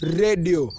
radio